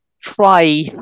try